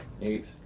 Eight